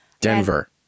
Denver